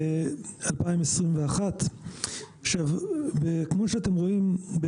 2021. כמו שאתם רואים,